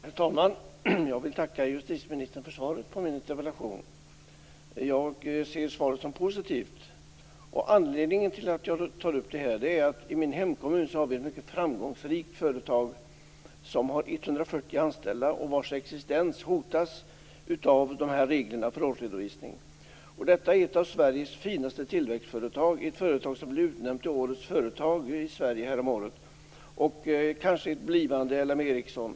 Herr talman! Jag vill tacka justitieministern för svaret på min interpellation. Jag ser svaret som positivt. Anledningen till att jag tar upp detta är att vi i min hemkommun har ett mycket framgångsrikt företag med 140 anställda. Dess existens hotas av de här reglerna för årsredovisning. Företaget är ett av Sveriges finaste tillväxtföretag - ett företag som blev utnämnt till årets företag i Sverige härom året. Det kanske är ett blivande LM Ericsson.